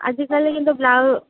আজিকালি কিন্তু ব্লাউজ